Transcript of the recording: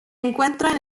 encuentran